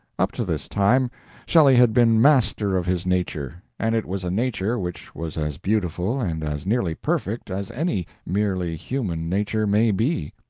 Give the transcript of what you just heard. up to this time shelley had been master of his nature, and it was a nature which was as beautiful and as nearly perfect as any merely human nature may be.